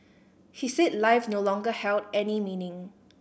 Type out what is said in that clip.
he said life no longer held any meaning